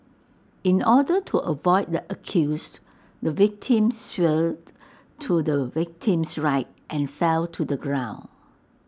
in order to avoid the accused the victim swerved to the victim's right and fell to the ground